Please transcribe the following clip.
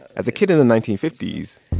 as a kid in the nineteen fifty s,